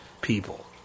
people